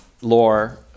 lore